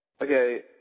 Okay